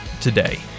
today